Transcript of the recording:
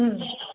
ம்